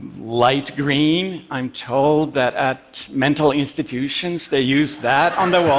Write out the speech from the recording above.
light green. i'm told that at mental institutions they use that on the walls.